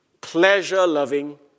pleasure-loving